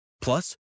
Plus